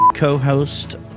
co-host